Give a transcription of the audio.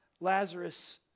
Lazarus